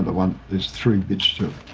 but one. there's three bits to it.